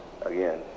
again